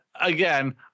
again